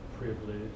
privilege